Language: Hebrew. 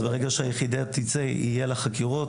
אז ברגע שהיחידה תצא יהיה לה חקירות,